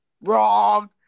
Wrong